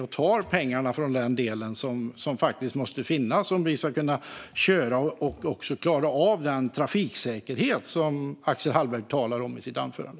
Man tar pengarna från den del som måste finnas, om vi ska kunna köra och även klara av att ha den trafiksäkerhet som Axel Hallberg talade om i sitt anförande.